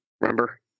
Remember